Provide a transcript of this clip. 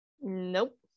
Nope